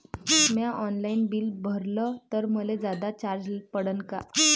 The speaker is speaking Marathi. म्या ऑनलाईन बिल भरलं तर मले जादा चार्ज पडन का?